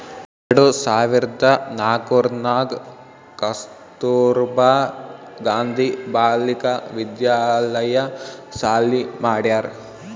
ಎರಡು ಸಾವಿರ್ದ ನಾಕೂರ್ನಾಗ್ ಕಸ್ತೂರ್ಬಾ ಗಾಂಧಿ ಬಾಲಿಕಾ ವಿದ್ಯಾಲಯ ಸಾಲಿ ಮಾಡ್ಯಾರ್